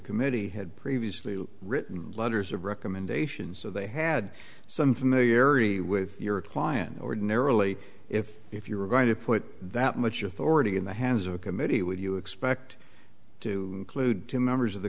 committee had previously written letters of recommendation so they had some familiarity with your client ordinarily if if you were going to put that much authority in the hands of a committee would you expect to clued to members of the